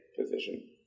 position